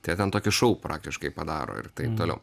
tai jie ten tokį šou praktiškai padaro ir taip toliau